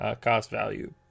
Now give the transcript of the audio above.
cost-value